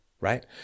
right